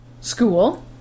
school